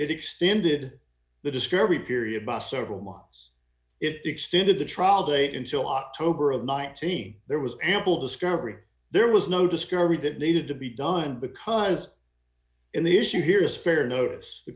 extended the discovery period by several months it extended the trial date until october of nineteen there was ample discovery there was no discovery that needed to be done because in the issue here is fair notice the